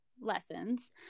lessons